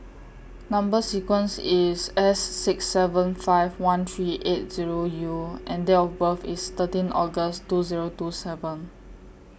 Number sequence IS S six seven five one three eight Zero U and Date of birth IS thirteen August two Zero two seven